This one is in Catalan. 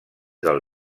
del